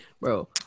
Bro